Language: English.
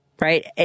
Right